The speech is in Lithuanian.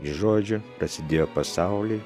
iš žodžio pasidėjo pasaulį